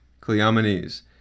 Cleomenes